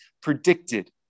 predicted